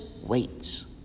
waits